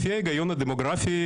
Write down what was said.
לפי ההיגיון הדמוגרפי,